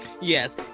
Yes